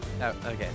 Okay